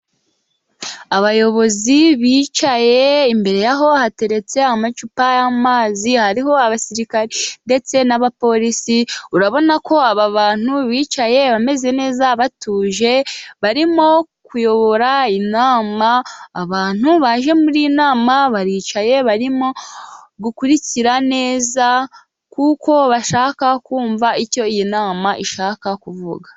Abayobozi bicaye, imbere yaho hateretse amacupa y'amazi, hariho abasirikare ndetse n'abapolisi, urabona ko aba bantu bicaye bameze neza, batuje, barimo kuyobora inama, abantu baje muri nama baricaye, barimo gukurikira neza, kuko bashaka kumva icyo iyi nama ishaka kuvuga.